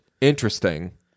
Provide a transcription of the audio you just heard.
Interesting